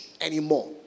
anymore